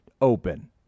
open